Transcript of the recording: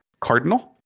Cardinal